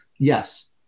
Yes